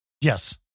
Yes